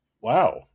Wow